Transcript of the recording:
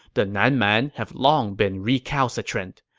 the nan man have long been recalcitrant.